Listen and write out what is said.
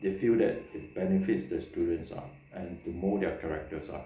they feel that it benefits the students ah and mould their characters ah